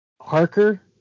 Harker